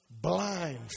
Blind